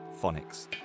phonics